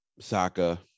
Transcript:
Saka